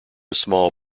small